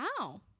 wow